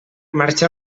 marxa